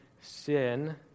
sin